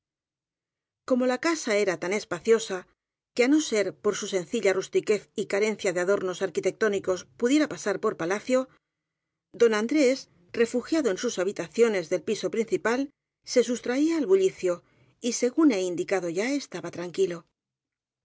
como la casa era tan espaciosa que á no ser por su sencilla rustiquez y carencia de adornos ar quitectónicos pudiera pasar por palacio don an drés refugiado en sus habitaciones del piso prin cipal se sustraía al bullicio y según he indicado ya estaba tranquilo